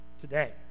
today